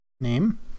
name